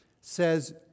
says